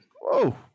Whoa